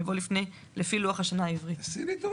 יבוא "לפי לוח השנה העברי"." מי בעד